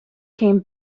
came